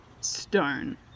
Stone